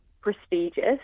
prestigious